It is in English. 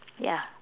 ya